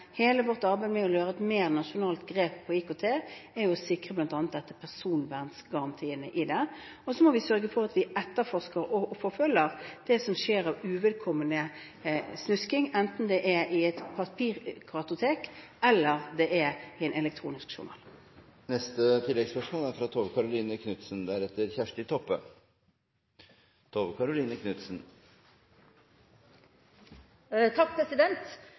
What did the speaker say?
hele vårt arbeid med å ta et mer nasjonalt grep på IKT er å sikre bl.a. personverngarantien i det. Og så må vi sørge for at vi etterforsker og forfølger det som skjer av uvedkommende snoking, enten det er i et papirkartotek eller i en elektronisk journal. Tove Karoline Knutsen – til oppfølgingsspørsmål. Først vil jeg si at jeg er